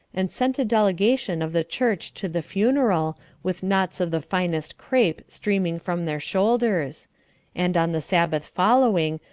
and sent a delegation of the church to the funeral, with knots of the finest crepe streaming from their shoulders and, on the sabbath following,